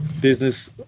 business